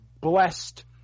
blessed